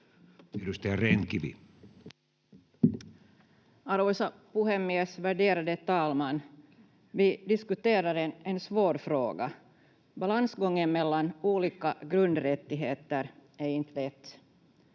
Content: Arvoisa puhemies, värderade talman! Vi diskuterar en svår fråga. Balansgången mellan olika grundrättigheter är inte lätt.